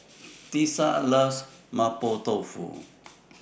Tisa loves Mapo Tofu